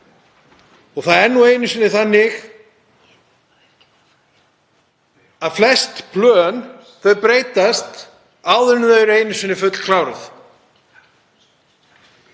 Það er nú einu sinni þannig að flest plön breytast áður en þau eru einu sinni fullkláruð